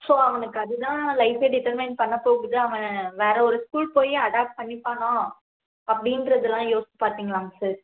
so அவனுக்கு அதுதான் லைஃபே டிட்டர்மைன்ட் பண்ண போகுது அவன் வேறு ஒரு ஸ்கூல் போய் அடாப்ட் பண்ணிப்பானா அப்படின்றதெல்லாம் யோசித்து பார்த்தீங்களாங்க சார்